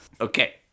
okay